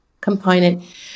component